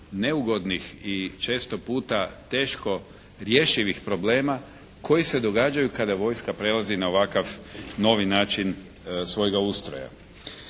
neugodnih i često puta teško rješivih problema koji se događaju kada vojska prelazi na ovakav novi način svojega ustroja.